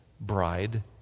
bride